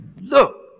Look